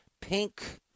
pink